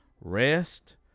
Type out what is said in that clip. Rest